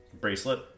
bracelet